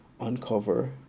uncover